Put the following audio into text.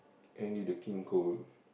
Andy the king Cole